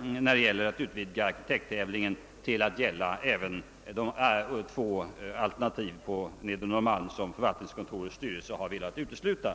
när det gäller att utvidga arkitekttävlingen till att avse även de alternativ på Nedre Norrmalm som förvaltningskontorets styrelse har velat utesluta.